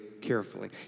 carefully